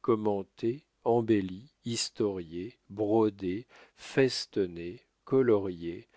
commentée embellie historiée brodée festonnée coloriée